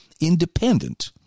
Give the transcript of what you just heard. independent